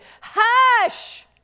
hush